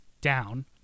down